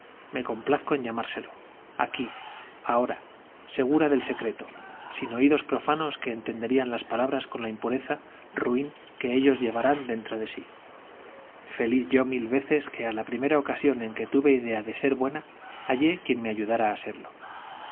me complazco en llamárselo aquí ahora segura del secreto sin oídos profanos que entenderían las palabras con la impureza ruin que ellos llevarán dentro de sí feliz yo mil veces que a la primera ocasión en que tuve idea de ser buena hallé quien me ayudara a serlo